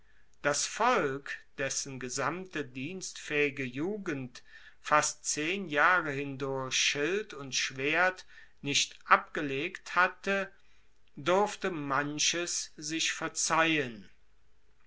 das volk dessen gesamte dienstfaehige jugend fast zehn jahre hindurch schild und schwert nicht abgelegt hatte durfte manches sich verzeihen